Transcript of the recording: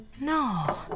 No